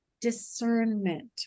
discernment